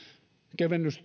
kevennys